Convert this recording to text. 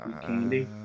Candy